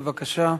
בבקשה.